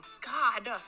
God